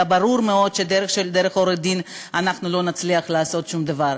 היה ברור מאוד שדרך עורך-דין אנחנו לא נצליח לעשות שום דבר.